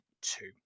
two